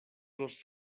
los